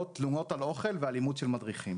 - תלונות על אוכל ואלימות של מדריכים.